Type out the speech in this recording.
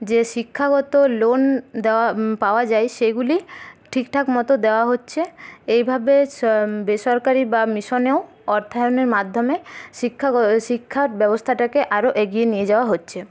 যে শিক্ষাগত লোন দেওয়া পাওয়া যায় সেইগুলি ঠিকঠাক মতো দেওয়া হচ্ছে এইভাবে বেসরকারি বা মিশনেও অর্থায়নের মাধ্যমে শিক্ষা শিক্ষা ব্যবস্থাটাকে আরও এগিয়ে নিয়ে যাওয়া হচ্ছে